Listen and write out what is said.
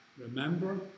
Remember